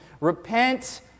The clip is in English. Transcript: Repent